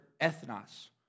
ethnos